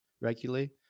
regularly